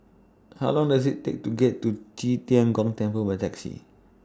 How Long Does IT Take to get to Qi Tian Gong Temple By Taxi